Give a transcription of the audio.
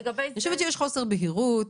אני חושבת שיש חוסר בהירות,